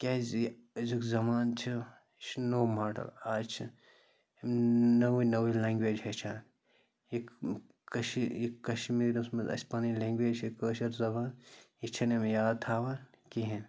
کیٛازِ یہِ أزیُک زَمان چھِ یہِ چھُ نوٚو ماڈَل آز چھِ یِم نٔوٕے نٔوٕے لینٛگویج ہیٚچھان یہِ کٔشیٖر یہِ کَشمیٖرَس منٛز اَسہِ پَنٕنۍ لینٛگویج چھےٚ کٲشِر زَبان یہِ چھَنہٕ یِم یاد تھاوان کِہیٖنۍ